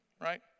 right